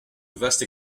vaste